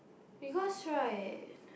because right